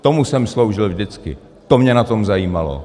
Tomu jsem sloužil vždycky, to mě na tom zajímalo.